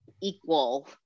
equal